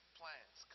plans